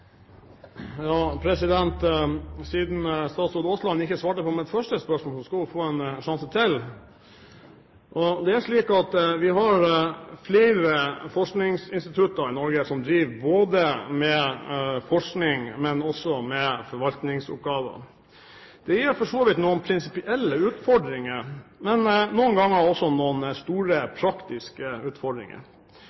Siden statsråd Aasland ikke svarte på mitt første spørsmål, skal hun få en sjanse til. Det er slik at vi har flere forskningsinstitutter i Norge som driver både med forskning og med forvaltningsoppgaver. Det er for så vidt noen prinsipielle utfordringer, men noen ganger også noen store